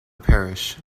parish